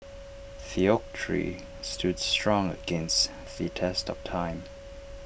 the oak tree stood strong against the test of time